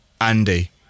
Andy